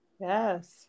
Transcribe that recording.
yes